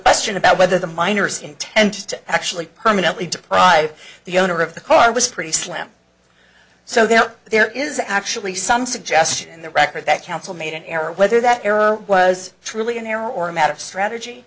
question about whether the miners intended to actually permanently deprive the owner of the car was pretty slim so there there is actually some suggestion in the record that counsel made an error whether that error was truly an error or a matter of strategy